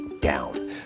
down